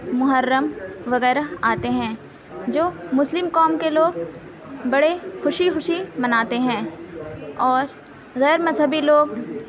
محرم وغیرہ آتے ہیں جو مسلم قوم کے لوگ بڑے خوشی خوشی مناتے ہیں اور غیر مذہبی لوگ